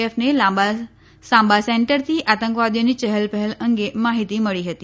એફને સાંબા સેન્ટરથી આતંકવાદીઓની ચહલપહલ અંગે માહીતી મળી હતી